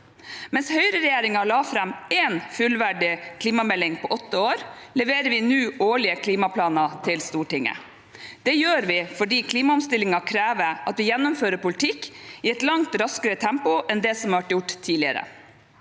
Mens høyreregjeringen la fram én fullverdig klimamelding på åtte år, leverer vi nå årlige klimaplaner til Stortinget. Det gjør vi fordi klimaomstillingen krever at vi gjennomfører politikk i et langt raskere tempo enn det som har vært gjort tidligere.